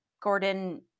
Gordon